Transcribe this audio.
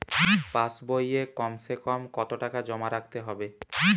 পাশ বইয়ে কমসেকম কত টাকা জমা রাখতে হবে?